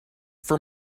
for